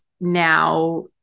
now